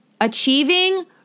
achieving